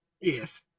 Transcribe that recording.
yes